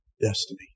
destiny